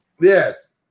Yes